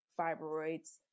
fibroids